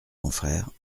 confrère